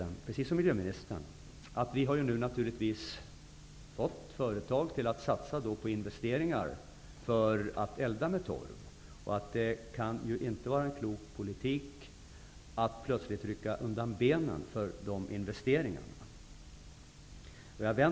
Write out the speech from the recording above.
Jag är liksom miljöministern medveten om att vi nu har fått företag att investera i torvbrytning och att det inte kan vara klok politik att plötsligt rycka undan benen för de investeringarna.